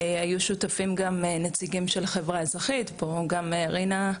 היו שותפים גם נציגים של חברה אזרחית, פה גם רינה,